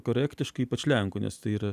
korektiškai ypač lenkų nes tai yra